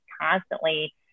constantly